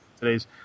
today's